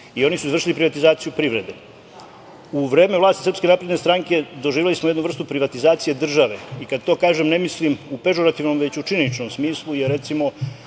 i oni su izvršili privatizaciju privrede.U vreme vlasti SNS doživeli smo jednu vrstu privatizacije države. Kada to kažem, ne mislim u pežorativnom, već u činjeničnom smislu, jer recimo